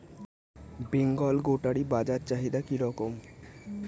বেঙ্গল গোটারি বাজার চাহিদা কি রকম?